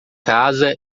casa